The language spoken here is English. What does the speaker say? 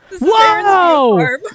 Whoa